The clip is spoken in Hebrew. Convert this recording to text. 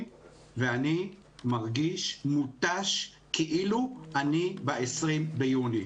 ואני מרגיש מותש כאילו אני ב-20 ביוני.